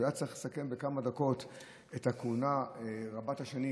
כשהיה צריך לסכם בכמה דקות את הכהונה רבת השנים